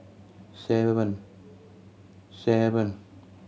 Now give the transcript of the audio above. seven seven